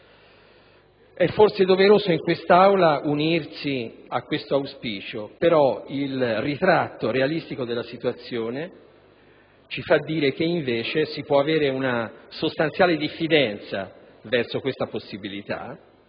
È forse doveroso in quest'Aula unirsi a tale auspicio, ma il ritratto realistico della situazione ci porta a dire che invece si può avere una sostanziale diffidenza verso questa possibilità